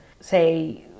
say